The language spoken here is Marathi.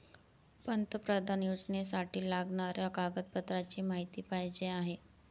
पंतप्रधान योजनेसाठी लागणाऱ्या कागदपत्रांची माहिती पाहिजे आहे